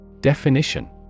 Definition